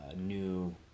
new